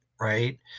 right